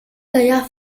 gaillard